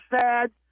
sad